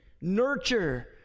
nurture